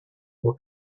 will